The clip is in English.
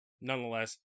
nonetheless